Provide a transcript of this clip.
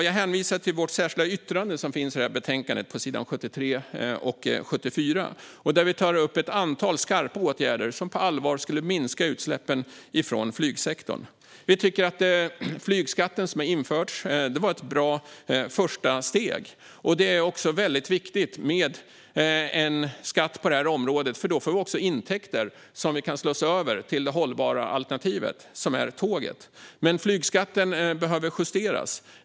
Jag hänvisar till vårt särskilda yttrande på s. 73-74 i betänkandet, där vi tar upp ett antal skarpa åtgärder som på allvar skulle minska utsläppen från flygsektorn. Vi tycker att den flygskatt som införts var ett bra första steg. Det är väldigt viktigt med en skatt på det här området, för då får vi också intäkter som vi kan slussa över till det hållbara alternativet: tåget. Men flygskatten behöver justeras.